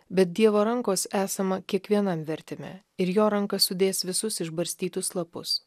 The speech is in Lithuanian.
bet dievo rankos esama kiekvienam vertime ir jo ranka sudės visus išbarstytus lapus